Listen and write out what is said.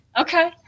Okay